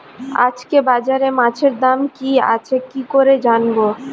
আজকে বাজারে মাছের দাম কি আছে কি করে জানবো?